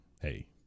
Hey